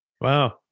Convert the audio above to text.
Wow